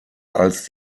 als